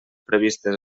previstes